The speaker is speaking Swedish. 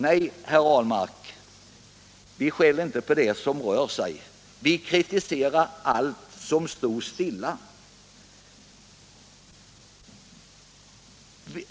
Nej, herr Ahlmark, vi skäller inte på det som rör sig; vi kritiserar allt som står stilla!